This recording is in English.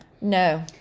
No